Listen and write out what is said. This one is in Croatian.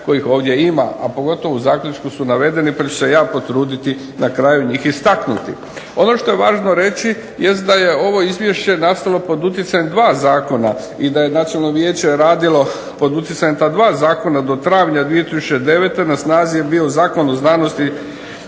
kojih ovdje ima, a pogotovo u zaključku su navedeni, pa ću se ja potruditi na kraju njih i istaknuti. Ono što je važno reći jest da je ovo izvješće nastalo pod utjecajem dva zakona i da je Nacionalno vijeće radilo pod utjecajem ta dva zakona. Do travnja 2009. na snazi je bio Zakon o znanstvenoj